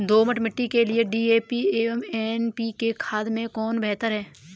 दोमट मिट्टी के लिए डी.ए.पी एवं एन.पी.के खाद में कौन बेहतर है?